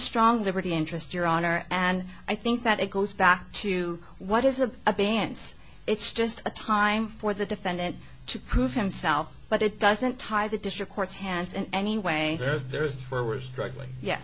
strong liberty interest your honor and i think that it goes back to what is a a bands it's just a time for the defendant to prove himself but it doesn't tie the district court's hands and any way that there is for we're struggling ye